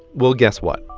well guess what?